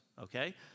okay